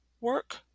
work